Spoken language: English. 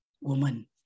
woman